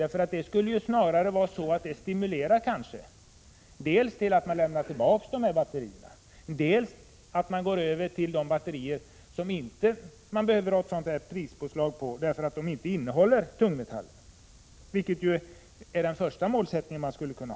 Det skulle ju snarare stimulera dels till att man lämnar tillbaka batterierna, dels till att gå över till batterier som det inte behöver vara något prispåslag på, därför att de inte innehåller tungmetaller, vilket ju är den första målsättning man bör ha.